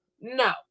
No